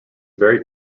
very